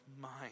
mind